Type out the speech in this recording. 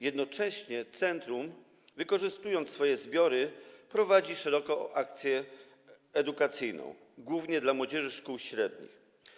Jednocześnie centrum, wykorzystując swoje zbiory, prowadzi szeroką akcję edukacyjną, głównie dla młodzieży szkół średnich.